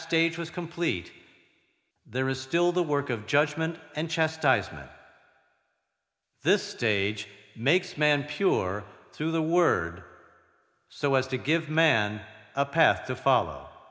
stage was complete there is still the work of judgment and chastisement this stage makes man pure through the word so as to give man a path to follow